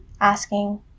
asking